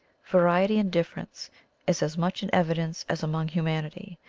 variety and difference is as much in evidence as among humanity,